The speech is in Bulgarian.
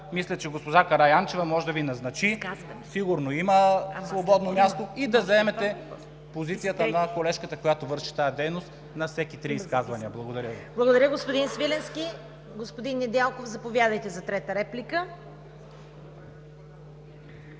Благодаря, господин Свиленски. Господин Недялков, заповядайте за трета реплика.